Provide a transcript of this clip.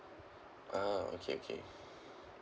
ah okay okay